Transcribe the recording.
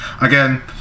Again